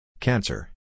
Cancer